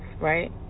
right